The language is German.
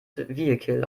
vehikel